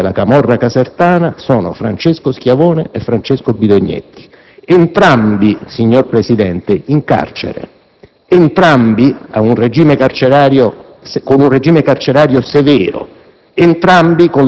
I due capi della camorra casertana sono Francesco Schiavone e Francesco Bidognetti, entrambi, signor Presidente, in carcere; entrambi sottoposti ad un regime carcerario severo;